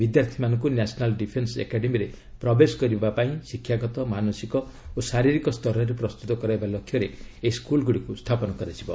ବିଦ୍ୟାର୍ଥୀମାନଙ୍କୁ national defence ଏକାଡେମୀରେ ପ୍ରବେଶ କରିବା ପାଇଁ ଶିକ୍ଷାଗତ ମାନସିକ ଓ ଶାରିରୀକ ସ୍ତରରେ ପ୍ରସ୍ତୁତ କରାଇବା ଲକ୍ଷ୍ୟରେ ଏହି ସ୍କୁଲ୍ ଗୁଡ଼ିକୁ ସ୍ଥାପନ କରାଯିବ